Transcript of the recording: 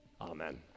Amen